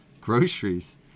groceries